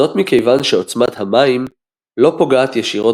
זאת מכיוון שעוצמת המים לא פוגעת ישירות